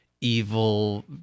evil